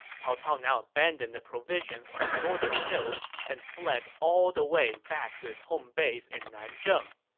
cao cao now abandoned the provisions on the northern hills and fled all the way back to his home base in nanzheng.